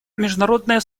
международное